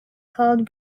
called